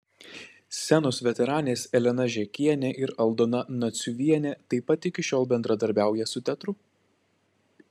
scenos veteranės elena žekienė ir aldona naciuvienė taip pat iki šiol bendradarbiauja su teatru